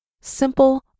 simple